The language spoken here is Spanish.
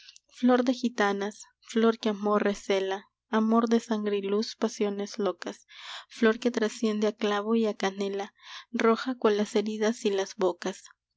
flor de gitanas flor que amor recela amor de sangre y luz pasiones locas flor que trasciende a clavo y a canela roja cual las heridas y las bocas